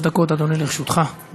שלוש דקות, אדוני, לרשותך.